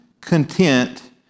content